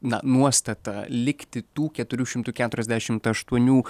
na nuostata likti tų keturių šimtų keturiasdešimt aštuonių